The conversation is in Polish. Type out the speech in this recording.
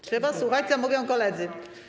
Trzeba słuchać, co mówią koledzy.